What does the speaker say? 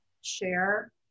share